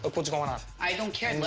ah what's going on. i don't care.